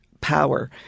power